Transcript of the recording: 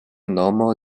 nomo